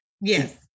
Yes